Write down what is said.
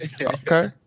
Okay